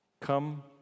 come